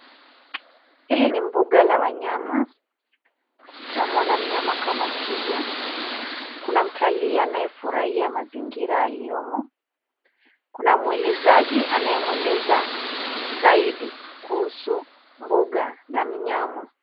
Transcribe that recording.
Hili ni mbuga la wanyama, tunamwona mnyama kama twiga. Kuna mtalii anayefurahia mazingira aliyomo. Kuna mwelezaji anayemweleza zaidi kuhusu mbuga na mnyama.